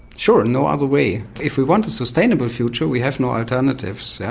sure, no other way. if we want a sustainable future, we have no alternatives. yeah